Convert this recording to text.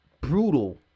brutal